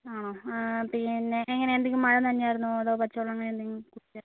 ആണോ പിന്നെ എങ്ങനെയാണ് എന്തെങ്കിലും മഴ നനഞ്ഞിരുന്നോ അതോ പച്ചവെള്ളം അങ്ങനെ എന്തെങ്കിലും കുടിച്ചോ